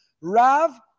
Rav